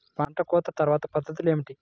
పంట కోత తర్వాత పద్ధతులు ఏమిటి?